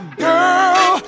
girl